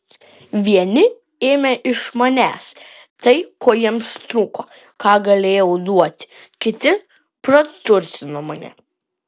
vieni ėmė iš manęs tai ko jiems trūko ką galėjau duoti kiti praturtino mane